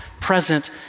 present